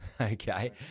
Okay